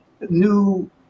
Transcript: new